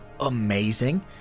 amazing